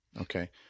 Okay